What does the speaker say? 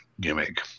gimmick